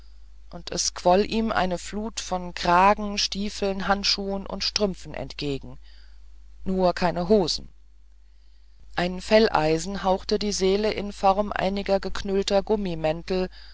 löwen es quoll ihm eine flut von kragen stiefeln handschuhen und strümpfen entgegen nur keine hosen ein felleisen hauchte die seele in form einiger zerknüllter gummimäntel